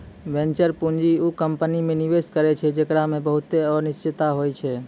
venture पूंजी उ company मे निवेश करै छै जेकरा मे बहुते अनिश्चिता होय छै